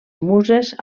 muses